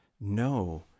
no